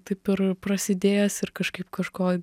taip ir prasidėjęs ir kažkaip kažko